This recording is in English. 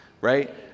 right